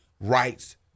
rights